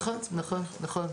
נכון, נכון.